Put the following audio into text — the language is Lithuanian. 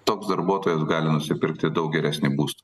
toks darbuotojas gali nusipirkti daug geresnį būst